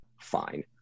fine